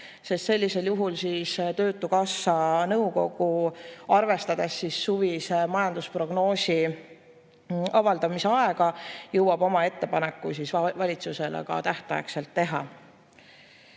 sest sellisel juhul töötukassa nõukogu, arvestades suvise majandusprognoosi avaldamise aega, jõuab oma ettepaneku valitsusele ka tähtaegselt teha.